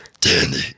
Danny